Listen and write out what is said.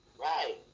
Right